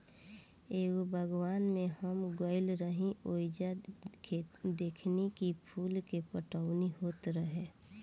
एगो बागवान में हम गइल रही ओइजा देखनी की फूल के पटवनी होत रहे